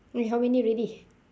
eh how many already